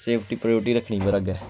safety priority रक्खनी मेरे अग्गें